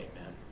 Amen